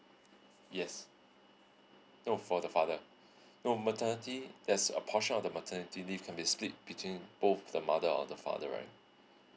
yes no for the father no maternity there's a portion of the maternity leave can be split between both the mother or the father right